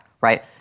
right